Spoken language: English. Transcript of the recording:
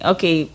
Okay